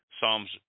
Psalms